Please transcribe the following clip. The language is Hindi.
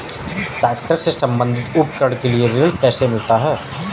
ट्रैक्टर से संबंधित उपकरण के लिए ऋण कैसे मिलता है?